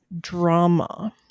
drama